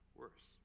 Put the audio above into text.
worse